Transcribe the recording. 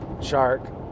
shark